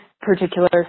particular